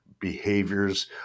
behaviors